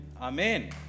Amen